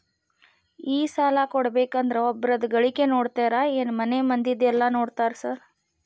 ಈ ಸಾಲ ಕೊಡ್ಬೇಕಂದ್ರೆ ಒಬ್ರದ ಗಳಿಕೆ ನೋಡ್ತೇರಾ ಏನ್ ಮನೆ ಮಂದಿದೆಲ್ಲ ನೋಡ್ತೇರಾ ಸಾರ್?